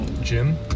Jim